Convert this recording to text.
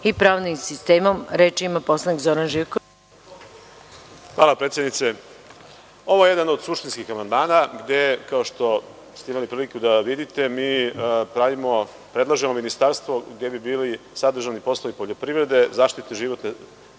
Zoran Živković. **Zoran Živković** Hvala predsednice. Ovo je jedan od suštinskih amandmana gde, kao što ste imali priliku da vidite, mi predlažemo Ministarstvo gde bi bili sadržani poslovi poljoprivrede, zaštite životne